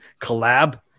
collab